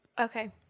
Okay